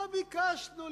מה ביקשנו?